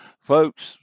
Folks